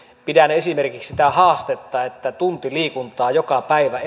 pidän esimerkiksi erittäin hyvänä sitä haastetta että tunti liikuntaa joka päivä